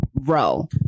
Row